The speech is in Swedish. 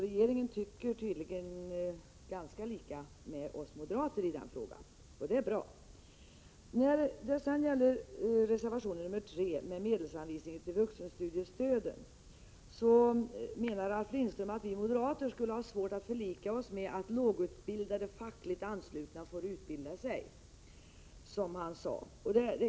Regeringen och vi moderater tycker tydligen ganska lika i den frågan, och det är bra. Beträffande reservation nr 3, om medelsanvisning till vuxenstudiestöd, sade Ralf Lindström att vi moderater skulle ha svårt att förlika oss med att lågutbildade fackligt anslutna får utbilda sig.